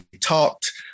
talked